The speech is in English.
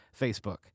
Facebook